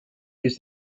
use